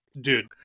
Dude